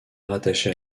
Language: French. rattachée